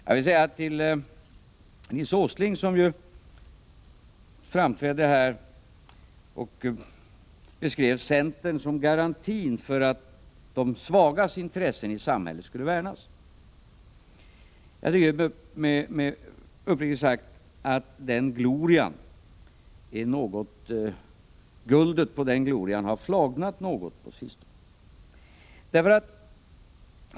Jag vill vända mig till Nils Åsling, som ju framträdde här och beskrev centern som garantin för att de svagas intressen i samhället skulle värnas. Jag tycker uppriktigt sagt att guldet på den glorian har flagnat något på sistone.